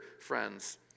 friends